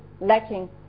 lacking